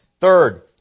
Third